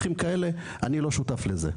אני לא שותף לזה.